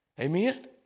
Amen